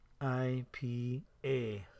IPA